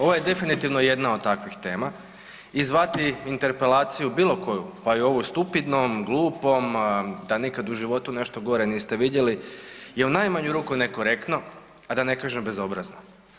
Ovo je definitivno jedna od takvih tema i zvati interpelaciju bilo koju, pa i ovu stupidnom, glupom, da nikad u životu nešto gore niste vidjeli je u najmanju ruku nekorektno, a da ne kažem bezobrazno.